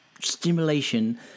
stimulation